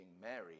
Mary